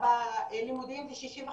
בלימודים זה 65%,